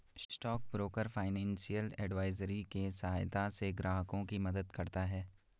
stock broker financial advisory के सहायता से ग्राहकों की मदद करता है